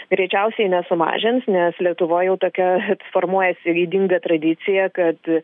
greičiausiai nesumažins nes lietuvoj jau tokia formuojasi ydinga tradicija kad